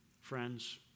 friends